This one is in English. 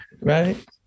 right